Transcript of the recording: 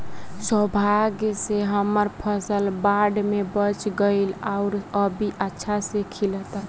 सौभाग्य से हमर फसल बाढ़ में बच गइल आउर अभी अच्छा से खिलता